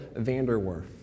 Vanderwerf